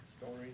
story